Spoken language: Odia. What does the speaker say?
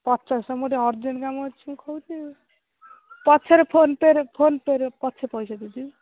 ପଚାଶ ମୋର ଟିକିଏ ଅରଜେଣ୍ଟ କାମ ଅଛି ମୁଁ କହୁଛି ପଛରେ ଫୋନ୍ ପେ'ରେ ଫୋନ୍ ପେ'ରେ ପଛେ ପଇସା ଦେଇଦେବି